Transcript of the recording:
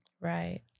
Right